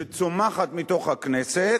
שצומחת מתוך הכנסת,